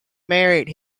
married